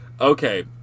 Okay